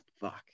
fuck